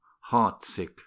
heart-sick